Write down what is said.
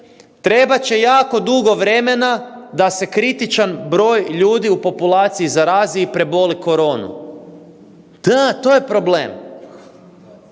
trebat će jako dugo vremena da se kritičan broj ljudi u populaciji zarazi i preboli koronu. Da, to je problem.